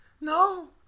No